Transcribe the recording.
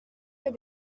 fait